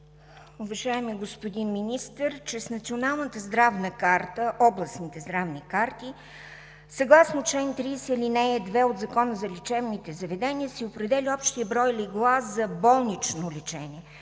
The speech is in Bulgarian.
Уважаеми господин Министър, чрез Националната здравна карта, областните здравни карти, съгласно чл. 30, ал. 2 от Закона за лечебните заведения се определя общият брой легла за болнично лечение,